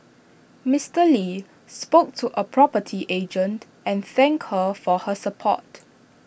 Mister lee spoke to A property agent and thank her for her support